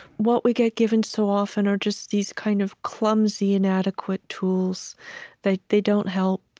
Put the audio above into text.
what we get given so often are just these kind of clumsy, inadequate tools they they don't help.